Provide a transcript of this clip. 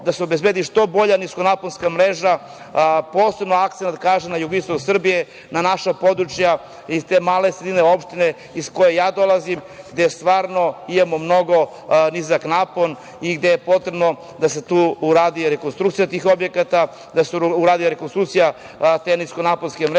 da se obezbedi što bolja niskonaponska mreža, poseban akcenat na jugoistok Srbije, na naša područja i te male sredine, opština iz koje dolazim, gde stvarno imamo mnogo nizak napon i gde je potrebno da se tu uradi rekonstrukcija tih objekata, da se uradi rekonstrukcija te niskonaponske mreže,